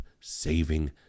saving